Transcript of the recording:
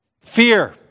Fear